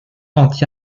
anti